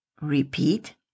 Repeat